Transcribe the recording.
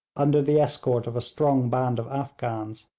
under the escort of a strong band of afghans.